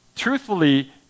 Truthfully